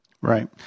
Right